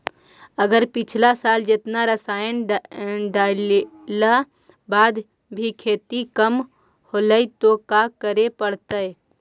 अगर पिछला साल जेतना रासायन डालेला बाद भी खेती कम होलइ तो का करे पड़तई?